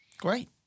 great